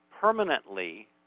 permanently